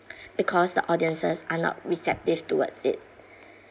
because the audiences are not receptive towards it